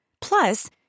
Plus